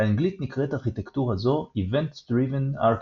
באנגלית נקראת ארכיטקטורה זו Event Driven Architecture